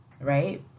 right